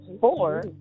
four